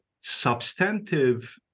substantive